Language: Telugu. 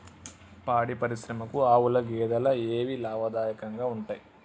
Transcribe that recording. పాడి పరిశ్రమకు ఆవుల, గేదెల ఏవి లాభదాయకంగా ఉంటయ్?